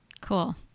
Cool